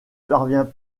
parvient